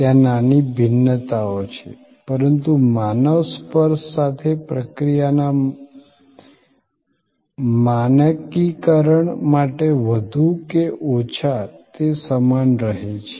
ત્યાં નાની ભિન્નતાઓ છે પરંતુ માનવ સ્પર્શ સાથે પ્રક્રિયાના માનકીકરણ માટે વધુ કે ઓછા તે સમાન રહે છે